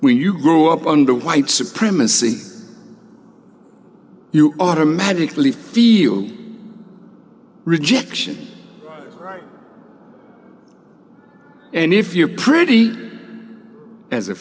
when you grow up under white supremacy you automatically feel rejection right and if you're pretty as a